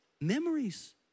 memories